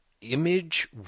Image